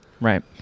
Right